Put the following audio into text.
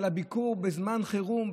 על הביקורת בזמן חירום,